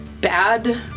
bad